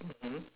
mmhmm